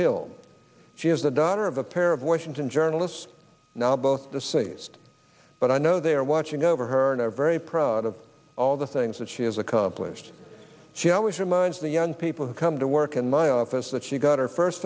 hill she is the daughter of a pair of washington journalists now both the cities but i know they are watching over her no very proud of all the things that she has accomplished she always reminds the young people who come to work in my office that she got her first